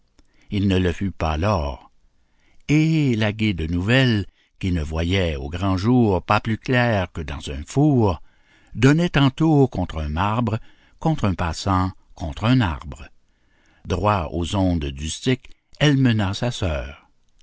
il ne le fut pas lors et la guide nouvelle qui ne voyait au grand jour pas plus clair que dans un four donnait tantôt contre un marbre contre un passant contre un arbre droit aux ondes du styx elle mena sa sœur